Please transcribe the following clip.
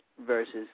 Versus